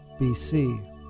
BC